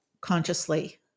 consciously